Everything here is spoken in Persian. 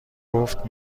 گفت